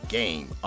game